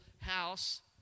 house